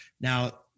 Now